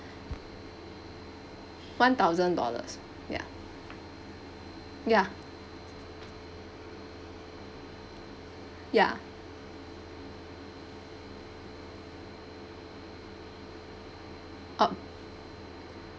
one thousand dollars ya ya ya oh